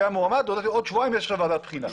מועמד שבעוד שבועיים יש לו ועדת בחינה.